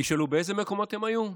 תשאלו באיזה מקומות הם היו?